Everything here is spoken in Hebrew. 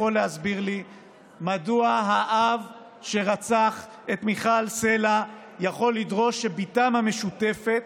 יכול להסביר לי מדוע האב שרצח את מיכל סלה יכול לדרוש שבתם המשותפת,